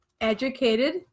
educated